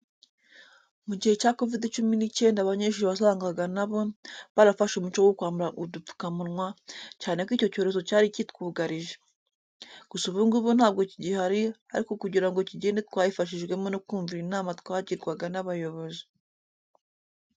Mu gihe cya Covid cumi n'icyenda abanyeshuri wasanga na bo barafashe umuco wo kwambara udupfukamunwa, cyane ko icyo cyorezo cyari kitwugarije. Gusa ubu ngubu ntabwo kigihari ariko kugira ngo kigende twabifashijwemo no kumvira inama twagirwaga n'abayobozi.